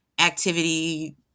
activity